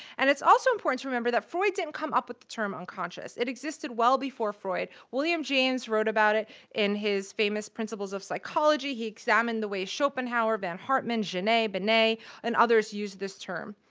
and it's also important to remember that freud didn't come up with the term unconscious. it existed well before freud. william james wrote about it in his famous principles of psychology. he examined the way schopenhauer, von hartmann, janet, but binet, and others used this term.